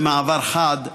במעבר חד,